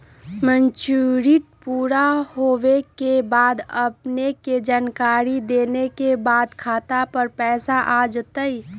Maturity पुरा होवे के बाद अपने के जानकारी देने के बाद खाता पर पैसा आ जतई?